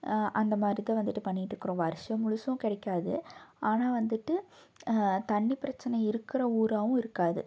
அந்த மாதிரி தான் வந்துட்டு பண்ணிகிட்டு இருக்கிறோம் வருடம் முழுதும் கிடைக்காது ஆனால் வந்துட்டு தண்ணி பிரச்சனை இருக்கிற ஊராகவும் இருக்காது